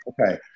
okay